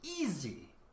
easy